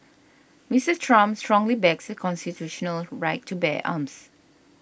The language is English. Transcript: Mister Trump strongly backs the constitutional right to bear arms